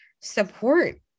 support